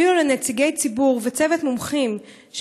ואילו לנציגי ציבור וצוות מומחים,